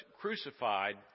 crucified